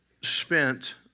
spent